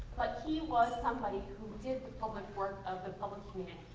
but he was somebody who did the public work of the public